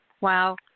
Wow